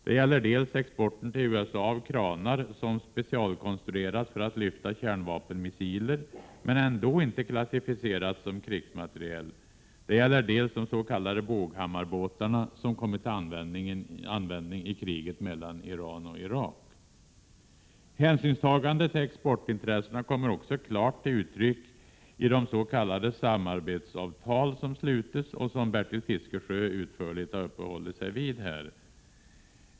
Det gäller dels exporten till USA av kranar som specialkonstruerats för att lyfta kärnvapenmissiler men ändå inte klassificerats som krigsmateriel, dels de s.k. Boghammarbåtarna, som kommit till användning i kriget mellan Iran och Irak. Hänsynstagandet till exportintressena kommer också klart till uttryck i de s.k. samarbetsavtal som sluts och som Bertil Fiskesjö utförligt har tagit upp.